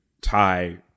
tie